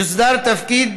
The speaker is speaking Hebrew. יוסדר תפקיד